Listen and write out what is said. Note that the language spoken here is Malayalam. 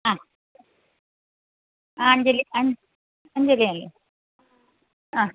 ആ ആ അഞ്ജലി അഞ്ജലി അല്ലെ ആ